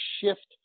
shift